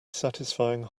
satisfying